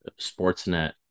Sportsnet